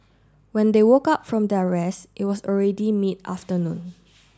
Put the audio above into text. when they work up from their rest it was already mid afternoon